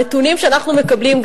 הנתונים שאנחנו מקבלים,